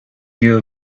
knew